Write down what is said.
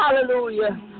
hallelujah